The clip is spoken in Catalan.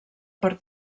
per